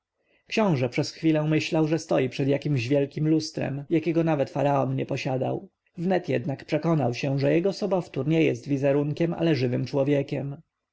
książę przez chwilę myślał że stoi przed wielkiem lustrem jakiego nawet faraon nie posiadał wnet jednak przekonał się że jego sobowtór nie jest wizerunkiem ale żywym człowiekiem